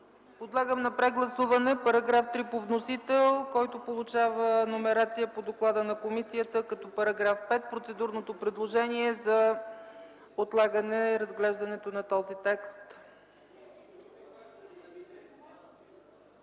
Подлагам на прегласуване § 3 по вносител, който получава номерация по доклада на комисията като § 5 – процедурното предложение за отлагане разглеждането на този текст.